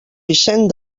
vicent